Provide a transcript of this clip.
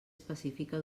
específica